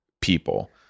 people